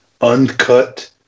uncut